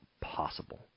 possible